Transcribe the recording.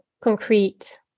concrete